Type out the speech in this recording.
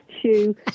shoe